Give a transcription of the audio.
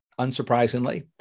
unsurprisingly